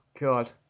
god